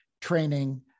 training